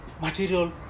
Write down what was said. material